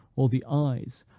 or the eyes,